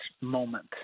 moment